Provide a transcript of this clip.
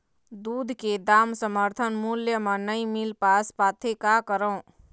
दूध के दाम समर्थन मूल्य म नई मील पास पाथे, का करों?